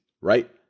right